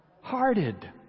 hearted